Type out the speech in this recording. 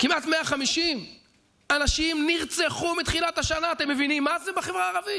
כמעט 150 אנשים נרצחו מתחילת השנה בחברה הערבית.